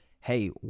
hey